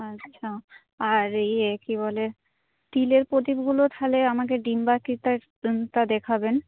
আচ্ছা আর ইয়ে কী বলে স্টিলের প্রদীপগুলো তাহলে আমাকে ডিম্বাকৃতিরটা দেখাবেন